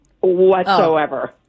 whatsoever